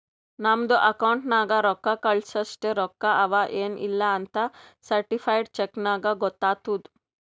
ನಮ್ದು ಅಕೌಂಟ್ ನಾಗ್ ರೊಕ್ಕಾ ಕಳ್ಸಸ್ಟ ರೊಕ್ಕಾ ಅವಾ ಎನ್ ಇಲ್ಲಾ ಅಂತ್ ಸರ್ಟಿಫೈಡ್ ಚೆಕ್ ನಾಗ್ ಗೊತ್ತಾತುದ್